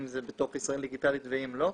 אם זה בתוך ישראל דיגיטלית ואם לא,